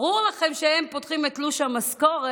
ברור לכם שכשהם פותחים את תלוש המשכורת,